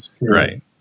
right